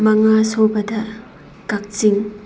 ꯃꯉꯥ ꯁꯨꯕꯗ ꯀꯛꯆꯤꯡ